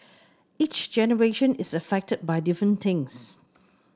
each generation is affected by different things